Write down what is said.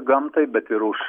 gamtai bet ir už